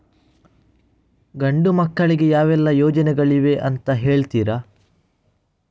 ಗಂಡು ಮಕ್ಕಳಿಗೆ ಯಾವೆಲ್ಲಾ ಯೋಜನೆಗಳಿವೆ ಅಂತ ಹೇಳ್ತೀರಾ?